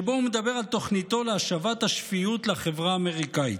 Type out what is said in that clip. שבו הוא מדבר על תוכניתו להשבת השפיות לחברה האמריקנית.